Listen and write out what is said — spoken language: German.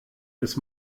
ist